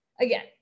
Again